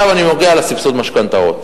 עכשיו אני מגיע לסבסוד משכנתאות,